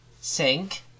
Sink